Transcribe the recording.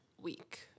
week